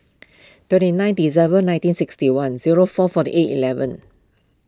twenty nine December nineteen sixty one zero four forty eight eleven